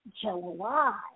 July